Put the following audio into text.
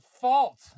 fault